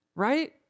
Right